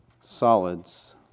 solids